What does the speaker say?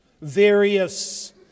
various